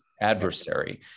adversary